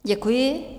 Děkuji.